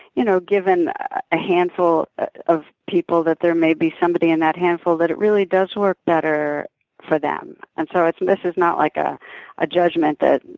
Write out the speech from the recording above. you know given a handful of people, that there may be somebody in that handful that it really does work better for them and so this is not like ah a judgement that,